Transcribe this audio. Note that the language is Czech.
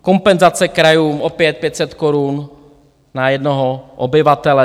Kompenzace krajům, opět 500 korun na jednoho obyvatele.